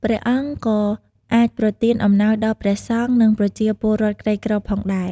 ព្រះអង្គក៏អាចប្រទានអំណោយដល់ព្រះសង្ឃ និងប្រជាពលរដ្ឋក្រីក្រផងដែរ។